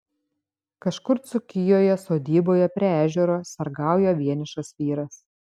kažkur dzūkijoje sodyboje prie ežero sargauja vienišas vyras